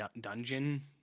dungeon